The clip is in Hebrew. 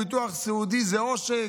ביטוח סיעודי זה עושק.